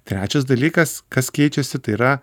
trečias dalykas kas keičiasi tai yra